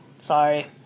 Sorry